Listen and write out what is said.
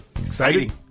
Exciting